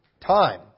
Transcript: time